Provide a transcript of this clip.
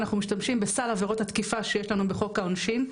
אנחנו משתמשים בסל עבירות התקיפה שיש לנו בחוק העונשין,